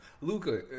Luca